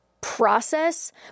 process